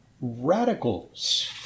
radicals